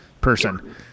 person